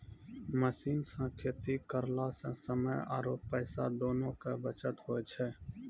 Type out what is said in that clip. machine सॅ खेती करला स समय आरो पैसा दोनों के बचत होय छै